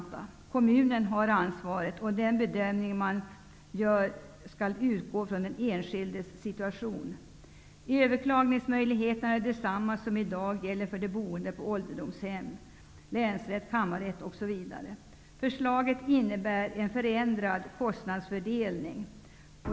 Det är kommunen som har ansvaret, och den bedömning som man gör skall utgå från den enskildes situation. Överklagningsmöjligheterna är desamma som de som i dag gäller för de boende på ålderdomshem -- Förslaget innebär en förändrad kostnadsfördelning.